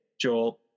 Joel